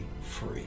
free